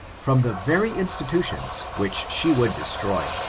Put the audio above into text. from the very institutions which she would destroy.